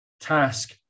task